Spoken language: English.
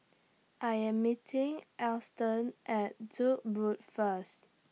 I Am meeting Alston At Duke's Road First